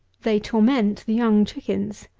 they torment the young chickens.